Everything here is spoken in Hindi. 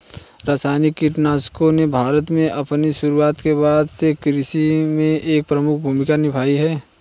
रासायनिक कीटनाशकों ने भारत में अपनी शुरुआत के बाद से कृषि में एक प्रमुख भूमिका निभाई है